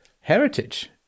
heritage